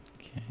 Okay